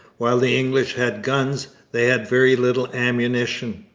while the english had guns, they had very little ammunition.